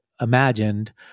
imagined